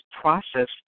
process